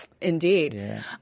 Indeed